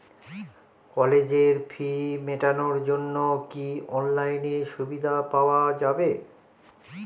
কলেজের ফি মেটানোর জন্য কি অনলাইনে সুবিধা পাওয়া যাবে?